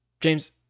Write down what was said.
James